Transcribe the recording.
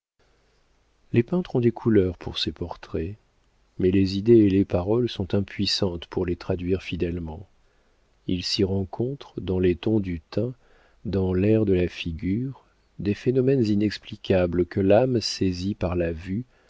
les peintres ont des couleurs pour ces portraits mais les idées et les paroles sont impuissantes pour les traduire fidèlement il s'y rencontre dans les tons du teint dans l'air de la figure des phénomènes inexplicables que l'âme saisit par la vue